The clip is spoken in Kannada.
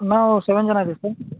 ನಾವು ಸೆವೆನ್ ಜನ ಇದೀವ್ ಸರ್